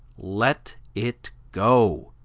let it go